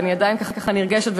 ואני עדיין ככה נרגשת,